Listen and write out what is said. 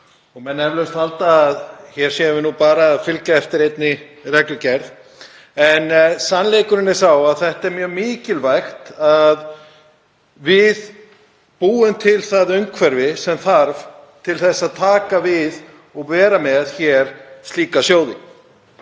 halda eflaust að hér séum við bara að fylgja eftir einni reglugerð. En sannleikurinn er sá að það er mjög mikilvægt að við búum til það umhverfi sem þarf til að taka við og vera hér með slíka sjóði.